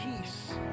peace